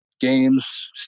Games